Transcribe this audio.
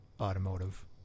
automotive